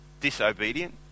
disobedient